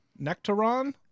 Nectaron